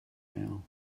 now